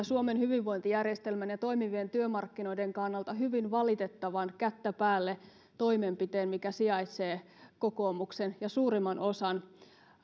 suomen hyvinvointijärjestelmän ja toimivien työmarkkinoiden kannalta hyvin valitettavan kättä päälle toimenpiteen mikä sijaitsee kokoomuksen ja vihervasemmistosta suurimman osan